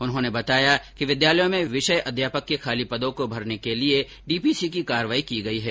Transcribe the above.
उन्होंने बताया कि विद्यालयों में विषय अध्यापकों के खाली पदों को भरने के लिए डीपीसी की कार्यवाही की गयी है